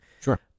Sure